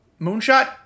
Moonshot